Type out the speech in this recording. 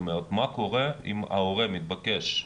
מה קורה אם ההורה מתבקש,